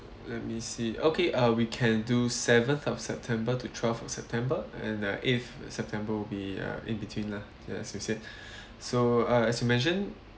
let me see okay uh we can do seventh of september to twelfth of september and uh eighth september will be uh in between lah like you said so uh as you mentioned